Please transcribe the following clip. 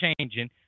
changing